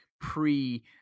pre